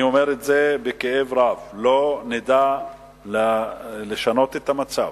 אני אומר את זה בכאב רב, לא נדע לשנות את המצב